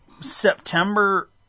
September